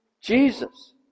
Jesus